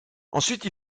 ensuite